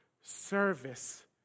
service